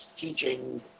teaching